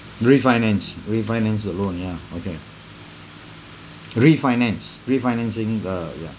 refinance refinance a loan ya okay refinance refinancing uh ya